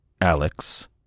Alex